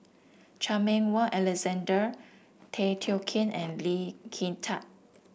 Chan Meng Wah Alexander Tay Teow Kiat and Lee Kin Tat